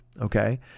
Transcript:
Okay